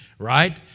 right